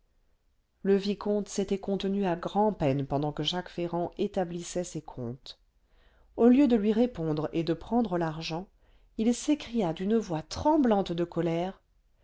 le vicomte s'était contenu à grand-peine pendant que jacques ferrand établissait ses comptes au lieu de lui répondre et de prendre l'argent il s'écria d'une voix tremblante de colère